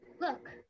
Look